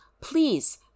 please